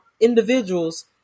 individuals